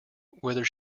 whether